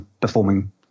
performing